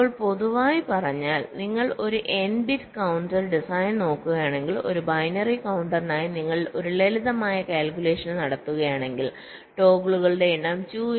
ഇപ്പോൾ പൊതുവായി പറഞ്ഞാൽ നിങ്ങൾ ഒരു n ബിറ്റ് കൌണ്ടർ ഡിസൈൻ നോക്കുകയാണെങ്കിൽ ഒരു ബൈനറി കൌണ്ടറിനായി നിങ്ങൾ ഒരു ലളിതമായ കാൽകുലേഷൻ നടത്തുകയാണെങ്കിൽ ടോഗിളുകളുടെ എണ്ണം 2×2n−1 ആയി കണക്കാക്കാം